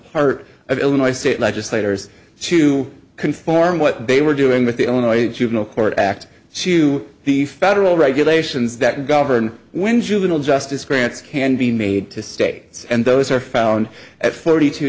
part of illinois state legislators to cook form what they were doing with the only juvenile court act to the federal regulations that govern when juvenile justice grants can be made to states and those are found at thirty t